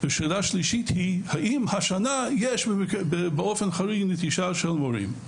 שאלה שלישית היא האם השנה יש באופן חריג נטישה של מורים?